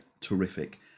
terrific